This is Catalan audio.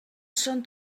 són